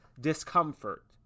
discomfort